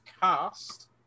cast